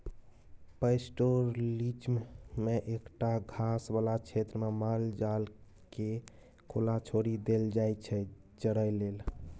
pastoralism मे एकटा घास बला क्षेत्रमे माल जालकेँ खुला छोरि देल जाइ छै चरय लेल